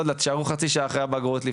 תישארו חצי שעה אחרי הבגרות,